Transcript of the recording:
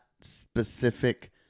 specific